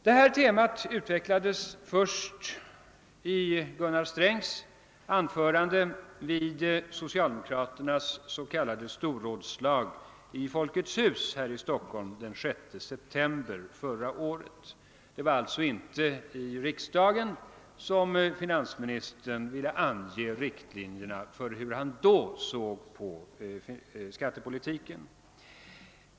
Det här temat utvecklades först i Gunnar Strängs anförande vid socialdemokraternas s.k. storrådslag i Folkets hus här i Stockholm den 6 september förra året. Det var alltså inte i riks dagen som finansministern ville ange riktlinjerna för hur han då såg på skattepolitiken.